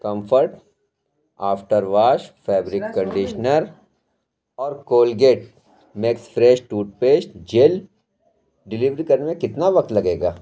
comfort after wash fabric conditioner اور Colgate Max Fresh toothpaste gel delivery کرنے میں کتنا وقت لگے گا